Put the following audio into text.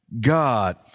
God